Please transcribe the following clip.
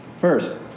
First